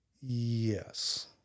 Yes